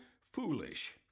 foolish